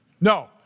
No